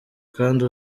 kandi